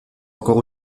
encore